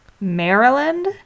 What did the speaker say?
Maryland